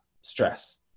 stress